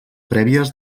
prèvies